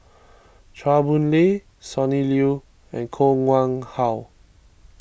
Chua Boon Lay Sonny Liew and Koh Nguang How